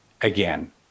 again